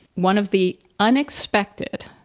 one of the unexpected,